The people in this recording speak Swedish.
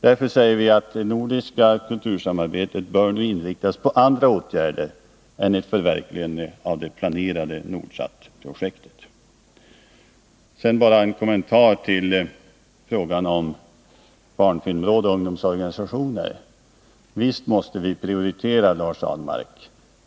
Därför säger vi att det nordiska kultursamarbetet bör inriktas på andra åtgärder än ett förverkligande av det planerade Nordsatprojektet. Sedan bara en kommentar med anledning av frågan om barnfilmrådet och ungdomsorganisationerna. Visst måste vi prioritera, Lars Ahlmark.